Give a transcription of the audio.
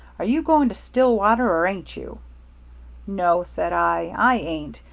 are you going to stillwater, or ain't you no, said i, i ain't.